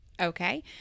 Okay